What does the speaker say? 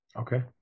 Okay